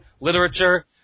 literature